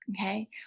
Okay